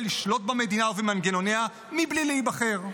לשלוט במדינה ובמנגנוניה מבלי להיבחר.